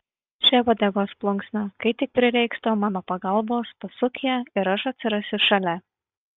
še uodegos plunksną kai tik prireiks tau mano pagalbos pasuk ją ir aš atsirasiu šalia